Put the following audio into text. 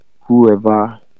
whoever